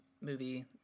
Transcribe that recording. movie